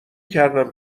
کردم